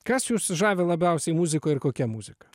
kas jus žavi labiausiai muzikoj ir kokia muzika